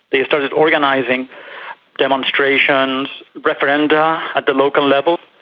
they started organising demonstrations, referenda at the local level,